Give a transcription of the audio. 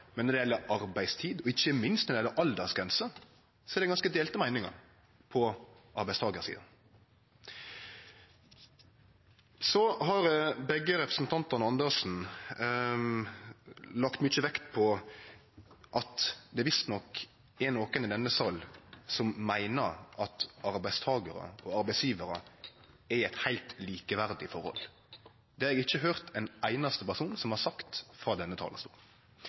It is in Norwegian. Men når det gjeld arbeidstid, og ikkje minst når det gjeld aldersgrenser, er det ganske delte meiningar på arbeidstakarsida. Begge representantane Andersen har lagt mykje vekt på at det visstnok er nokon i denne salen som meiner at arbeidstakarar og arbeidsgjevarar er i eit heilt likeverdig forhold. Det har eg ikkje høyrt ein einaste person som har sagt frå denne talarstolen.